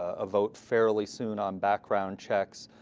a a vote fairly soon on background checks.